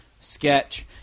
sketch